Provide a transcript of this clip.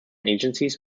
agencies